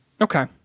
Okay